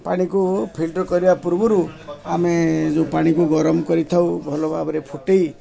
ପାଣିକୁ ଫିଲ୍ଟର କରିବା ପୂର୍ବରୁ ଆମେ ଯୋଉ ପାଣିକୁ ଗରମ କରିଥାଉ ଭଲଭାବରେ ଫୁଟେଇ